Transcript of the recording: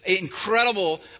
incredible